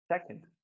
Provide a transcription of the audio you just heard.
Second